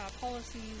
policies